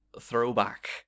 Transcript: throwback